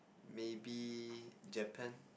maybe Japan